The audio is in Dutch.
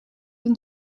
hun